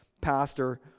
pastor